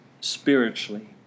spiritually